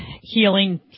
healing